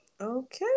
Okay